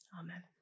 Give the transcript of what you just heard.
Amen